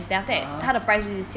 (uh huh)